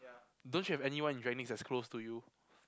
don't you have anyone in that's close to you